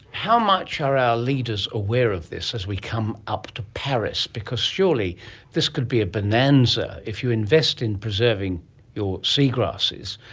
how much are our leaders aware of this as we come up to paris, because surely this could be a bonanza. if you invest in preserving your seagrasses,